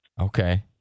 Okay